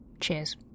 Cheers